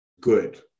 good